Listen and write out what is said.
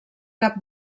cap